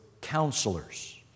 counselors